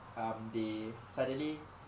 um they suddenly